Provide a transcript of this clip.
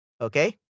okay